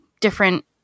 different